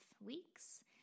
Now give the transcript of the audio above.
weeks